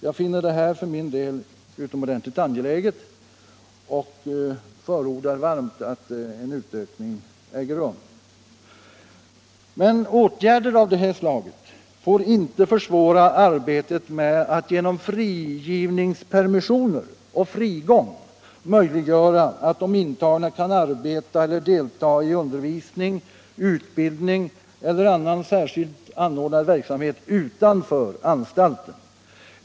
Jag finner detta utomordentligt angeläget och förordar varmt att en utredning äger rum. Åtgärder av detta slag får emellertid inte försvåra arbetet med att genom frigivningspermissioner och frigång möjliggöra att de intagna kan arbeta eller delta i undervisning, utbildning eller annan särskilt anordnad verksamhet utanför anstalten.